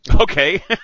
Okay